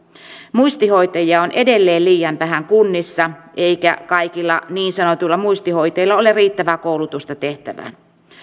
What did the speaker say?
muistihoitajia on edelleen liian vähän kunnissa eikä kaikilla niin sanotuilla muistihoitajilla ole riittävää koulutusta tehtävään